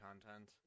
content